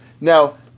Now